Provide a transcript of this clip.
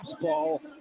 ball